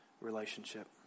relationship